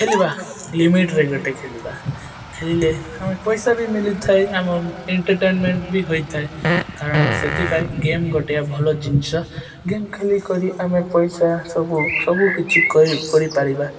ଖେଲିବା ଲିମିଟରେ ଗୋଟେ ଖେଲିବା ଖେଲିଲେ ଆମେ ପଇସା ବି ମିଲିଥାଏ ଆମ ଏଣ୍ଟରଟେନମେଣ୍ଟ ବି ହୋଇଥାଏ କାରଣ ସେଥିପାଇଁ ଗେମ୍ ଗୋଟିଏ ଭଲ ଜିନିଷ ଗେମ୍ ଖେଲିକରି ଆମେ ପଇସା ସବୁ ସବୁକିଛି କରି କରିପାରିବା